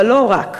אבל לא רק.